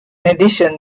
addition